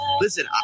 listen